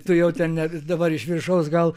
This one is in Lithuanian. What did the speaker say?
tu jau ten ne dabar iš viršaus gal